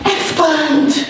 Expand